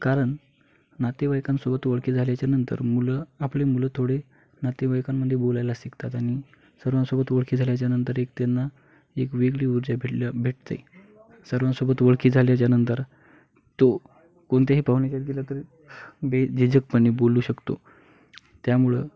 कारण नातेवाईकांसोबत ओळखी झाल्यानंतर मुलं आपले मुलं थोडे नातेवाईकांमध्ये बोलायला शिकतात आणि सर्वांसोबत ओळखी झाल्यानंतर एक त्यांना एक वेगळी ऊर्जा भेटल्या भेटते सर्वांसोबत ओळखी झाल्यानंतर तो कोणत्याही पाहुण्यात गेला तरी बेझिजगपणे बोलू शकतो त्यामुळं